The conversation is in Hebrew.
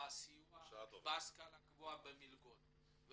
בוקר טוב,